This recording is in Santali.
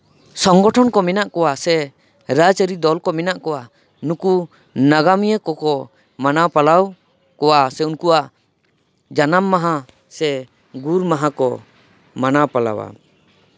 ᱥᱚᱝᱜᱚᱴᱷᱚᱱ ᱠᱚ ᱢᱮᱱᱟᱜ ᱠᱚᱣᱟ ᱥᱮ ᱨᱟᱡᱽᱟᱹᱨᱤ ᱫᱚᱞ ᱠᱚ ᱢᱮᱱᱟᱜ ᱠᱚᱶᱟ ᱱᱩᱠᱩ ᱱᱟᱜᱟᱢᱤᱭᱟᱹ ᱠᱚᱠᱚ ᱢᱟᱱᱟᱣ ᱯᱟᱞᱟᱣ ᱠᱚᱣᱟ ᱥᱮ ᱩᱱᱠᱩᱣᱟᱜ ᱡᱟᱱᱟᱢ ᱢᱟᱦᱟ ᱥᱮ ᱜᱩᱨ ᱢᱟᱦᱟ ᱠᱚ ᱢᱟᱱᱟᱣ ᱯᱟᱞᱟᱣᱟ